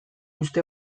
uste